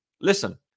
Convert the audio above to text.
listen